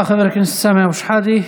תודה, חבר הכנסת סמי אבו שחאדה.